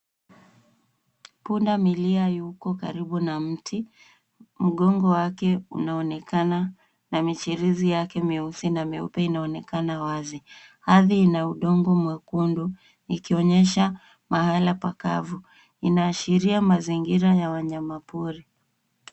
Pundamilia yuko karibu na mtu. Mgongo wake unaonekana na michirizi yake meusi na meupe inaonekana wazi. Ardhi ina udongo mwekundu, ikionyesha mahala pakavu. Inaashiria mazingira ya wanyamapori.